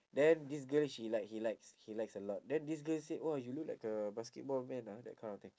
then this girl she like he likes he likes a lot then this girl said oh you look like a basketball man ah that kind of thing